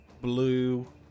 blue